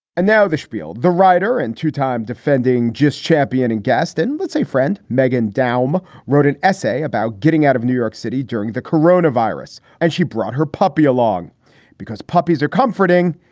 and now the schpiel, the writer and two-time defending just champion and guest and let's say friend meghan dalma wrote an essay about getting out of new york city during the corona virus and she brought her puppy along because puppies are comforting.